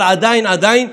אבל עדיין, מבחינתי,